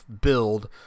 build